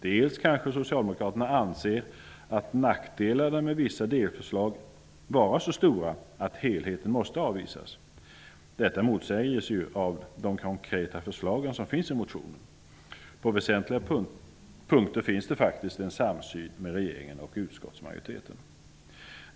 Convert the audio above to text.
Dels kanske socialdemokraterna anser nackdelarna med vissa delförslag vara så stora att helheten måste avvisas. Detta motsägs av de konkreta förslag som finns i motionen. På väsentliga punkter finns det faktiskt en samsyn med regeringen och utskottsmajoriteten.